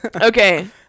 Okay